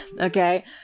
Okay